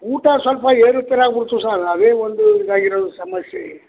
ಊಟ ಸ್ವಲ್ಪ ಏರುಪೇರು ಆಗಿಬಿಡ್ತು ಸರ್ ಅದೇ ಒಂದು ಇದಾಗಿರೋದು ಸಮಸ್ಯೆ